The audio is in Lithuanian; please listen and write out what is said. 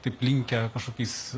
taip linkę kažkokiais